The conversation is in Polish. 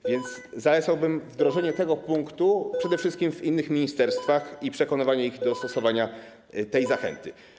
A więc zalecałbym wdrożenie tego punktu przede wszystkim w innych ministerstwach i przekonywanie ich do stosowania tej zachęty.